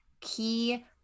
key